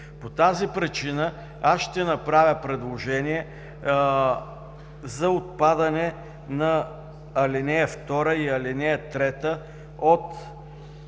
По тази причина аз ще направя предложение за отпадане на ал. 2 и ал. 3 от